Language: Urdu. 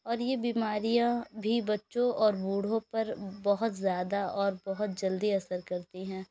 اور یہ بیماریاں بھی بچوں اور بوڑھوں پر بہت زیادہ اور بہت جلدی اثر کرتی ہیں